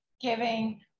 giving